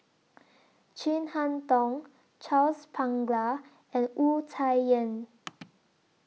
Chin Harn Tong Charles Paglar and Wu Tsai Yen